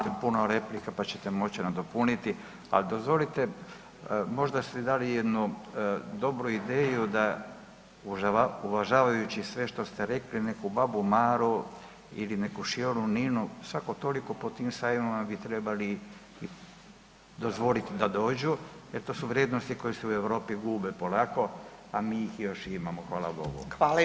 Imate puno replika pa ćete moći nadopuniti, ali dozvolite možda ste dali jednu dobru ideju da uvažavajući sve što ste rekli neku babu Maru ili neku šjoru Ninu, svako toliko po tim sajmovima bi trebali dozvoliti da dođu jer to su vrijednosti koje se u Europi gube polako, a mi ih još imamo hvala Bogu.